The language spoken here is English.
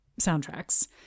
soundtracks